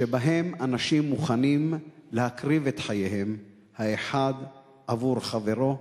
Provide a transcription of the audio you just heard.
שבהם אנשים מוכנים להקריב את חייהם האחד עבור חברו.